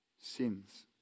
sins